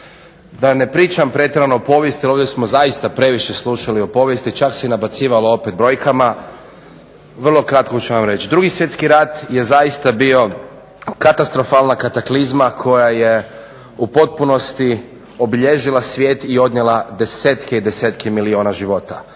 Da ne pričam pretjerano o povijesti ovdje smo zaista previše slušali o povijesti, čak se i nabacivalo opet brojkama, vrlo kratko ću vam reći. Drugi svjetski rat je zaista bio katastrofalna kataklizma koja je u potpunosti obilježila svijet i odnijela desetke i desetke milijuna života.